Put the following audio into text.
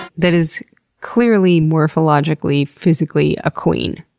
that is clearly, morphologically, physically a queen,